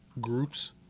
groups